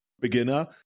beginner